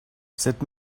cette